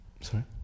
Sorry